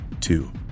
Two